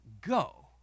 go